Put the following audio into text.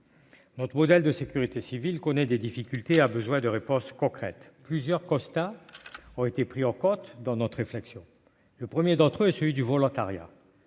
Notre modèle de sécurité civile connaît des difficultés et a besoin de réponses concrètes. Plusieurs constats ont été pris en compte dans notre réflexion. Le premier concerne le volontariat